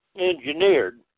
engineered